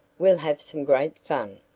we'll have some great fun.